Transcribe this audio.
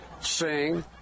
sing